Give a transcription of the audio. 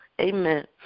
Amen